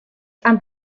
and